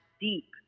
deep